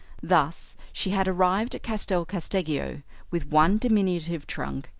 thus she had arrived at castel casteggio with one diminutive trunk,